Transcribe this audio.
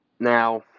Now